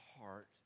heart